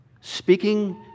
speaking